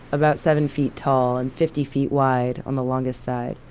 about seven feet tall and fifty feet wide on the longest side.